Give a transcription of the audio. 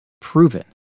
proven